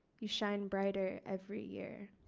you shine brighter every year.